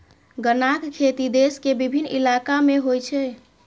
गन्नाक खेती देश के विभिन्न इलाका मे होइ छै